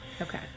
Okay